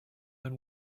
own